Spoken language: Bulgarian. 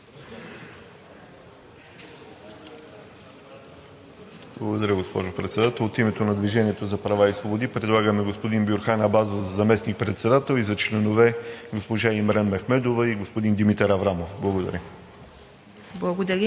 Благодаря, госпожо Председател. От името на „Движение за права и свободи“ предлагаме господин Бюрхан Абазов за заместник-председател и за членове госпожа Имрен Мехмедова и господин Димитър Аврамов. Благодаря.